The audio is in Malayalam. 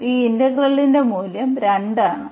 ഈ ഇന്റഗ്രലിന്റെ മൂല്യം 2 ആണ്